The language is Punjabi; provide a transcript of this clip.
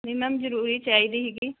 ਜੀ ਮੈਮ ਜ਼ਰੂਰੀ ਚਾਹੀਦੀ ਸੀਗੀ